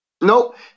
Nope